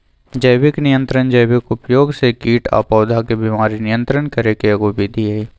जैविक नियंत्रण जैविक उपयोग से कीट आ पौधा के बीमारी नियंत्रित करे के एगो विधि हई